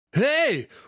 Hey